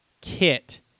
kit